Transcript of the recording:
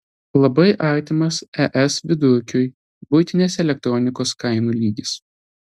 labai artimas es vidurkiui buitinės elektronikos kainų lygis